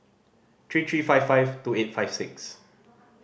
three three five five two eight five six